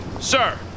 sir